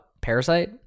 Parasite